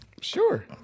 Sure